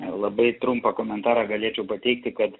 labai trumpą komentarą galėčiau pateikti kad